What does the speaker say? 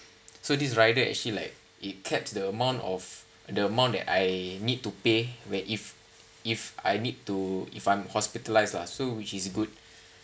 so this rider actually like it kept the amount of the amount that I need to pay where if if I need to if I'm hospitalised ah so which is good